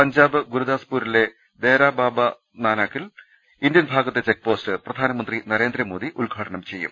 പഞ്ചാബ് ഗുരുദാ സ്പൂരിലെ ദേരാബാബാ നാനാക്കിൽ ഇന്ത്യൻ ഭാഗത്തെ ചെക്പോസ്റ്റ് പ്രധാ നമന്ത്രി നരേന്ദ്രമോദി ഉദ്ഘാടനം ചെയ്യും